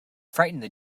frightened